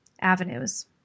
avenues